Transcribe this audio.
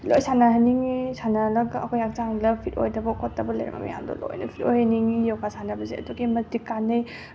ꯂꯣꯏꯅ ꯁꯥꯟꯅꯍꯟꯅꯤꯡꯉꯤ ꯁꯥꯟꯅꯍꯜꯂꯒ ꯑꯩꯈꯣꯏ ꯍꯛꯆꯥꯡꯗ ꯐꯤꯠ ꯑꯣꯏꯗꯕ ꯈꯣꯠꯇꯕ ꯂꯩꯔꯝꯕ ꯃꯌꯥꯝꯗꯣ ꯂꯣꯏꯅ ꯐꯤꯠ ꯑꯣꯏꯍꯟꯅꯤꯡꯉꯤ ꯌꯣꯒꯥ ꯁꯥꯟꯅꯕꯁꯦ ꯑꯗꯨꯛꯀꯤ ꯃꯇꯤꯛ ꯀꯥꯟꯅꯩ